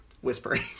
Whispering